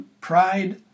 pride